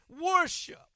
worship